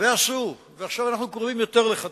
ועשו, ועכשיו אנחנו קרובים יותר לחתימה.